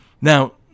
Now